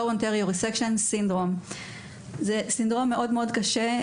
זה סינדרום מאוד מאוד קשה.